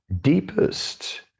deepest